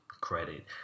credit